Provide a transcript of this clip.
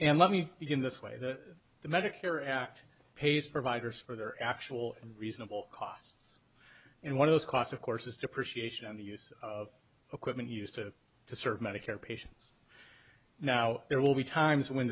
and let me begin this way that the medicare act pays providers for their actual reasonable costs and one of those costs of course is depreciation on the use of equipment used to to serve medicare patients now there will be times when